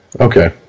okay